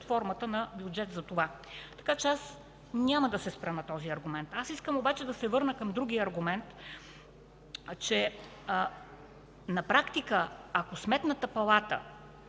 формата на бюджет. Така че няма да се спра на този аргумент. Искам обаче да се върна към другия аргумент. На практика, ако Сметната палата